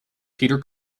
peter